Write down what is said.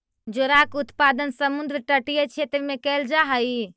जोडाक उत्पादन समुद्र तटीय क्षेत्र में कैल जा हइ